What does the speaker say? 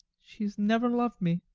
she has never loved me